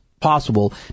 possible